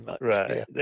right